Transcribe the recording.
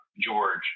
george